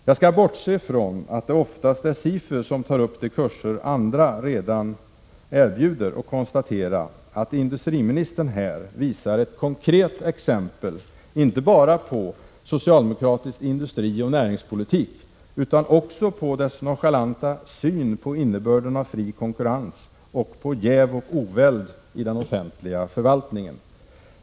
Jag skall bortse från att det oftast är SIFU som tar upp de kurser andra redan erbjuder och bara konstatera att industriministern här visar ett konkret exempel inte bara på socialdemokratisk industrioch näringspolitik utan också på socialdemokratins nonchalanta syn på innebörden av fri konkurrens och på jäv och oväld i den offentliga förvaltningen.